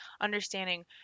understanding